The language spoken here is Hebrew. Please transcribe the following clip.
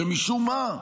שמשום מה,